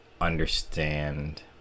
understand